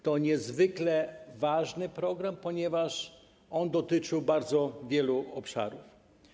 To niezwykle ważny program, ponieważ on dotyczy bardzo wielu obszarów.